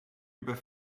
über